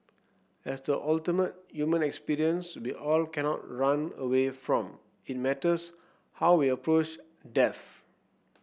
as the ultimate human experience we all cannot run away from it matters how we approach death